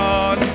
on